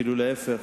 אפילו להיפך,